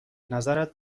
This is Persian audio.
نظرت